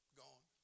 gone